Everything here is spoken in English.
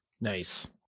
Nice